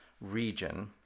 region